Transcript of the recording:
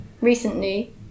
recently